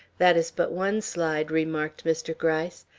that is but one slide, remarked mr. gryce.